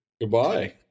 Goodbye